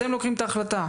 אתם מגיעים להחלטה?